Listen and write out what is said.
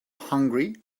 hungry